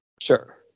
Sure